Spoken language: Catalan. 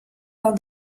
del